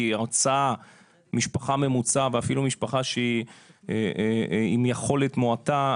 כי משפחה ממוצעת ואפילו משפחה שהיא עם יכולת מועטה,